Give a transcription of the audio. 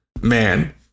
Man